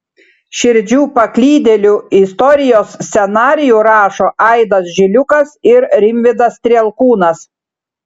širdžių paklydėlių istorijos scenarijų rašo aidas žiliukas ir rimvydas strielkūnas